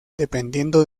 dependiendo